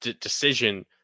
decision